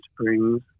Springs